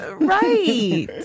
Right